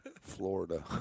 Florida